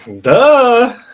Duh